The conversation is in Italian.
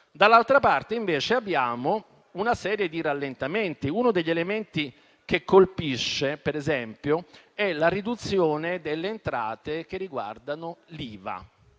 dall'altra, abbiamo invece una serie di rallentamenti. Uno degli elementi che ci colpiscono, per esempio, è la riduzione delle entrate che riguardano l'IVA